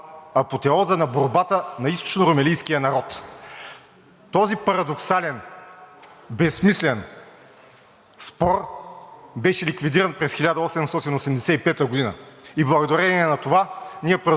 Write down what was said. спор беше ликвидиран през 1885 г. и благодарение на това ние празнуваме нашия празник – Деня на Съединението, защото България тогава не се съобрази с диктата на европейските сили, на партньорите.